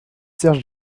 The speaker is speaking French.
serge